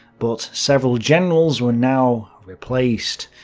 but several generals were now replaced.